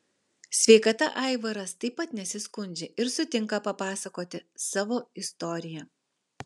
sveikata aivaras taip pat nesiskundžia ir sutinka papasakoti savo istoriją